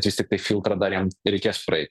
vis tiktai filtrą dar jam reikės praeit